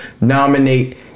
nominate